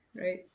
right